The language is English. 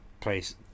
place